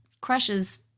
crushes